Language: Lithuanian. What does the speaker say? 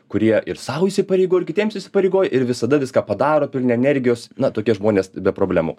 kurie ir sau įsipareigoja ir kitiems įsipareigoja ir visada viską padaro pilni energijos na tokie žmonės be problemų